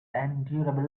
endurable